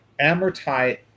amortize